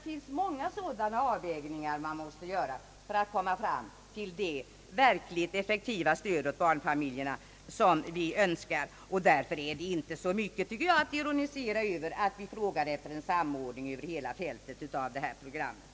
Det är många sådana avvägningar som man måste göra för att komma fram till det verkligt effektiva stöd åt barnfamiljerna som vi önskar. Därför är det inte så mycket att ironisera över vår fråga efter en samordning av ett program över hela fältet.